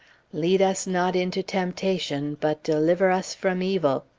lead us not into temptation, but deliver us from evil!